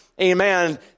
amen